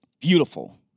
beautiful